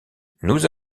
nous